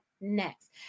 next